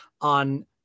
on